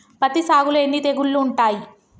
పత్తి సాగులో ఎన్ని తెగుళ్లు ఉంటాయి?